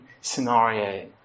scenario